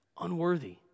unworthy